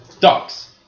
Dogs